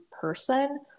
person